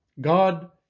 God